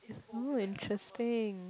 it's more interesting